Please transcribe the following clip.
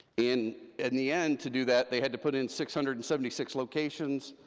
in in the end, to do that, they had to put in six hundred and seventy six locations,